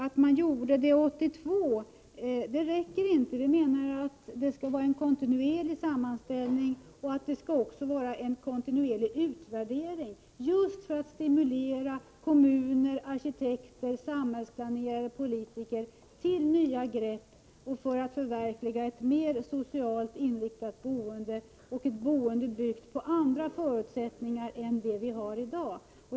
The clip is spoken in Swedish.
Att det gjordes år 1982 räcker inte. Vi menar att det skall finnas en kontinuerlig sammanställning och en kontinuerlig utvärdering just för att stimulera kommuner, arkitekter, samhällsplanerare och politiker till nya grepp och för att förverkliga ett mer socialt inriktat boende och ett boende byggt på andra förutsättningar än dem vi har i dag.